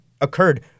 occurred